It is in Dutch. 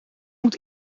moet